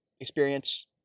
experience